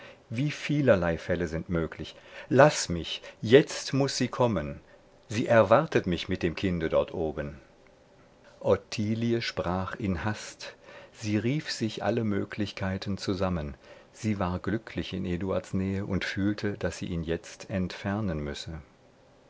wie vielerlei fälle sind möglich laß mich jetzt muß sie kommen sie erwartet mich mit dem kinde dort oben ottilie sprach in hast sie rief sich alle möglichkeiten zusammen sie war glücklich in eduards nähe und fühlte daß sie ihn jetzt entfernen müsse